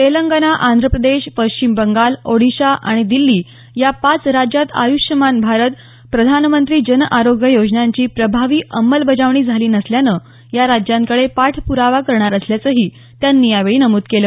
तेलंगाना आंध्र प्रदेश पश्चिम बंगाल ओडिशा आणि दिल्ली या पाच राज्यात आयुष्यमान भारत प्रधानमंत्री जन आरोग्य योजनांची प्रभावी अंमलबजावणी झाली नसल्यानं या राज्यांकडे पाठप्रावा करणार असल्याचंही त्यांनी यावेळी नमुद केलं